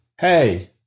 hey